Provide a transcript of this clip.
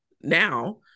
now